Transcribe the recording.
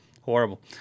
horrible